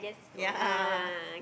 ya